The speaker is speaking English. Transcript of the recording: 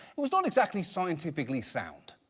it was not exactly scientifically-sound.